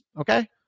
Okay